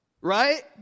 Right